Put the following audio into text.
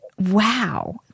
wow